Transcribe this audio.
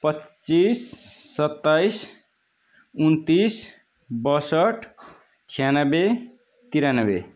पच्चिस सत्ताइस उनन्तिस बयसट छयानब्बे त्रियानब्बे